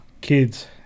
kids